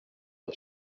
the